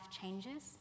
changes